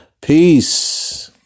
Peace